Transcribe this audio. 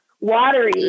watery